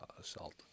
assault